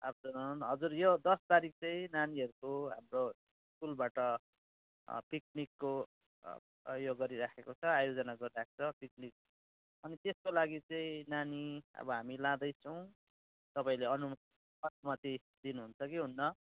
afternoon हजुर यो दस तारिख चाहिँ नानीहरूको हाम्रो स्कुलबाट पिकनिकको यो गरिराखेको छ आयोजना गरिराखेको छ पिकनिक अनि त्यसको लागि चाहिँ नानी अब हामी लाँदैछौँ तपाईँले अनुमति दिनु हुन्छ कि हुन्न